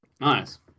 Nice